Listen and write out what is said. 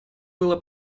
было